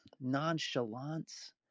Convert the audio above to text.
nonchalance